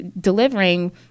delivering